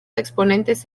exponentes